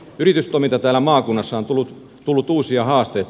yritystoimintaan täällä maakunnassa on tullut uusia haasteita